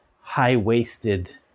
high-waisted